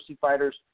fighters